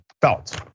thoughts